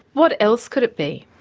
what else could it be?